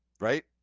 right